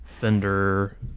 vendor